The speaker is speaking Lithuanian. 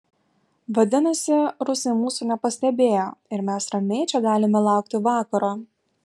vadinasi rusai mūsų nepastebėjo ir mes ramiai čia galime laukti vakaro